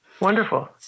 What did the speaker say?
Wonderful